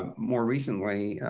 ah more recently,